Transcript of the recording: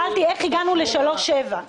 רוצה להיות בגירעון יותר נמוך --- אני